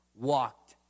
walked